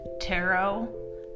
tarot